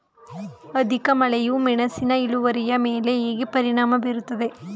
ಅಧಿಕ ಮಳೆಯು ಮೆಣಸಿನ ಇಳುವರಿಯ ಮೇಲೆ ಹೇಗೆ ಪರಿಣಾಮ ಬೀರುತ್ತದೆ?